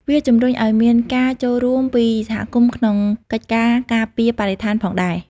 វាជំរុញឱ្យមានការចូលរួមពីសហគមន៍ក្នុងកិច្ចការការពារបរិស្ថានផងដែរ។